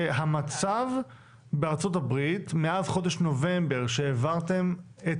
שהמצב בארצות הברית מאז חודש נובמבר שהעברתם את